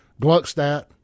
Gluckstadt